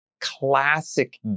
classic